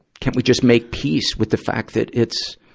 can't we just make peace with the fact that it's,